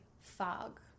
fog